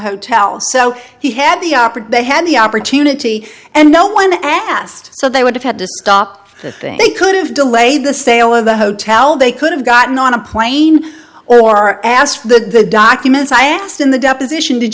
hotel so he had the opera day had the opportunity and no one asked so they would have had to stop the thing they could have delayed the sale of the hotel they could have gotten on a plane or asked the documents i asked in the deposition did